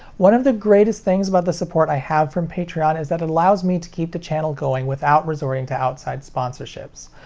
one of the greatest things about the support i have from patreon is that it allows me to keep the channel going without resorting to outside sponsorships.